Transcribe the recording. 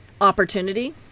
opportunity